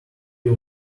you